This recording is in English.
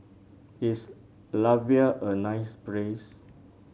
is Latvia a nice place